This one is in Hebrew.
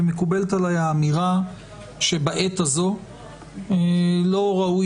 ומקובלת עליי האמירה שבעת הזאת לא ראוי